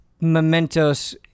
Mementos